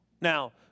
Now